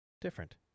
different